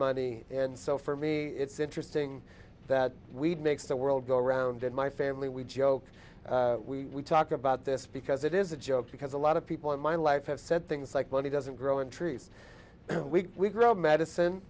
money and so for me it's interesting that we'd makes the world go round in my family we joke we talk about this because it is a joke because a lot of people in my life have said things like money doesn't grow on trees we grow medicine